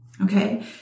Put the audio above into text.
Okay